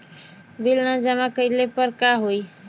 Bill न जमा कइले पर का होई?